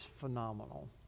phenomenal